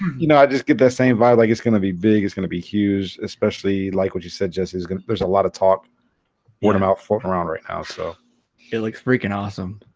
you, know i just get that same vibe like it's gonna be big it's gonna be huge especially like what you said jesse's gonna there's a lot of talk warned about form around right now so it looks freaking awesome